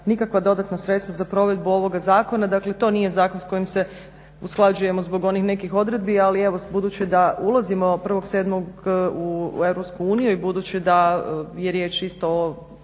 nikakva dodatna sredstva za provedbu ovoga zakona, dakle to nije zakon s kojim se usklađujemo zbog onih nekih odredbi, ali evo budući da ulazimo 1.7. u EU i budući da je riječ isto o